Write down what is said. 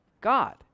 God